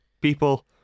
people